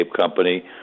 company